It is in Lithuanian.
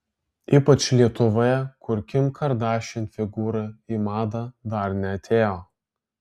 ypač lietuvoje kur kim kardashian figūra į madą dar neatėjo